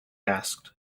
asked